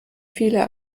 viele